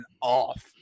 off